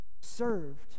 served